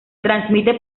transmite